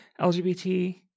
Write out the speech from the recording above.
LGBT